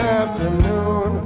afternoon